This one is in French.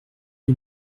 lui